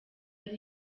ari